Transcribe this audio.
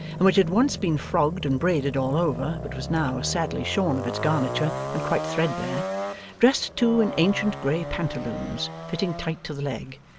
and which had once been frogged and braided all over, but was now sadly shorn of its garniture and quite threadbare dressed too in ancient grey pantaloons fitting tight to the leg,